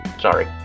Sorry